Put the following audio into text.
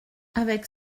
avec